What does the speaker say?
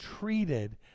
treated